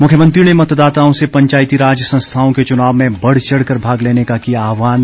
मुख्यमंत्री ने मतदाताओं से पंचायतीराज संस्थाओं के चुनाव में बढ़चढ़ कर भाग लेने का किया आहवान